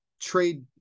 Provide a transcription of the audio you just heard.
trade